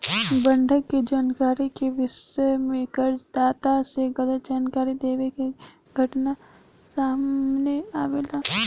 बंधक के जानकारी के विषय में कर्ज दाता से गलत जानकारी देवे के घटना सामने आवेला